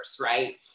Right